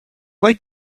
like